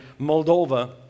Moldova